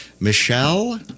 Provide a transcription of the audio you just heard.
Michelle